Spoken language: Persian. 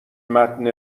متن